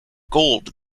gold